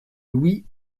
louis